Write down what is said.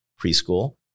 preschool